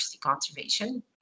conservation